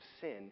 sin